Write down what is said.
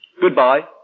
Goodbye